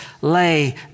lay